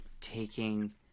taking